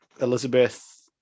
Elizabeth